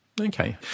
okay